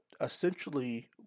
essentially